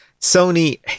Sony